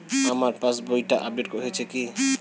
আমার পাশবইটা আপডেট হয়েছে কি?